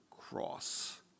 cross